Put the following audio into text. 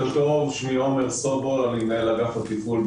התשפ"א-2021, עמק חפר.